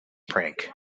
prank